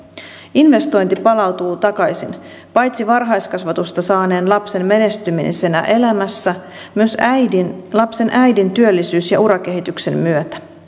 investointi palautuu takaisin paitsi varhaiskasvatusta saaneen lapsen menestymisenä elämässä myös lapsen äidin työllisyys ja urakehityksen myötä